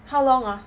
how long ah